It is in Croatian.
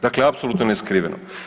Dakle, apsolutno neskriveno.